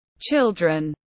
children